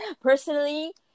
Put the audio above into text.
personally